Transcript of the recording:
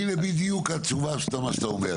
אבל הנה בדיוק התשובה של מה שאתה אומר.